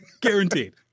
Guaranteed